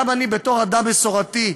גם אני, בתור אדם מסורתי,